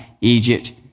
Egypt